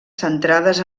centrades